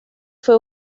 fue